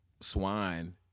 swine